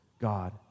God